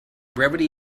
brevity